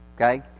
okay